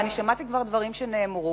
ואני שמעתי כבר דברים שנאמרו,